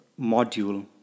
module